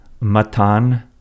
Matan